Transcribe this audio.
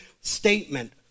statement